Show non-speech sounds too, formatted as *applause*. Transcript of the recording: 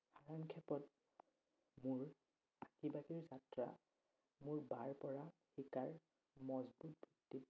সাধাৰণ ক্ষপত মোৰ *unintelligible* যাত্ৰা মোৰ বাৰ পৰা শিকাৰ মজবুত ভিত্তিত